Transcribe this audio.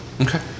Okay